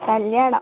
കല്യാണം